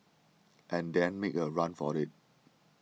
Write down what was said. and then make a run for it